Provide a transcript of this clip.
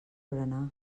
berenar